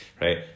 right